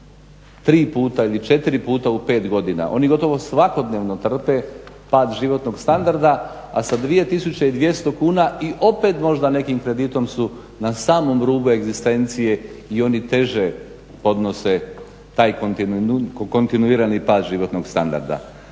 3 puta ili 4 puta u 5 godina oni gotovo svakodnevno trpe pad životnog standarda, a sa 2.200 kuna opet možda nekim kreditom su na samom rubu egzistencije i oni teže podnose taj kontinuirani pad životnog standarda.